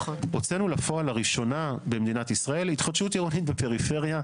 הוצאנו לפועל לראשונה במדינת ישראל התחדשות עירונית בפריפריה,